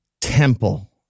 Temple